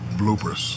bloopers